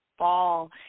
fall